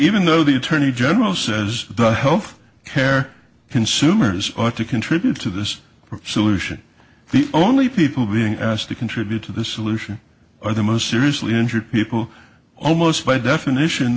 even though the attorney general says health care consumers ought to contribute to this solution the only people being asked to contribute to this solution are the most seriously injured people almost by definition